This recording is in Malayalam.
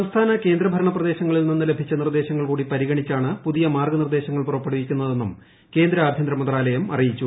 സംസ്ഥാന കേന്ദ്ര ഭരണ പ്രദേശങ്ങളിൽ നിന്ന് ലഭിച്ച നിർദ്ദേശങ്ങൾ കൂടി പരിഗണിച്ചാണ് പുതിയ മാർഗ്ഗനിർദ്ദേശങ്ങൾ പുറപ്പെടുവിക്കുന്നതെന്നും കേന്ദ്ര ആഭ്യന്തര മന്ത്രാലയം അറിയിച്ചു